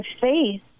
face